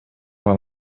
вам